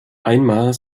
einmal